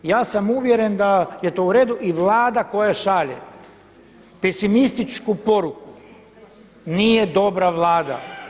Ja sam uvjeren da je to u redu i Vlada koja šalje pesimističku poruku nije dobra Vlada.